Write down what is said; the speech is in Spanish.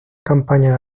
campaña